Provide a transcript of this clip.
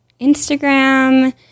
Instagram